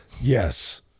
Yes